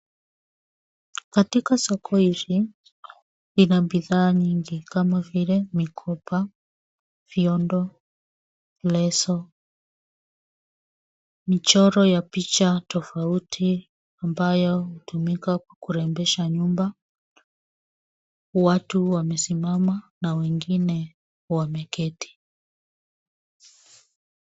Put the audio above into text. Katika soko hili, lina bidhaa nyingi kama vile mikoba, viondo, leso, michoro ya picha tofauti ambayo hutumika kurembesha nyumba. Watu wamesimama na wengine wameketi.